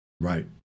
Right